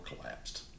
collapsed